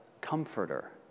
Comforter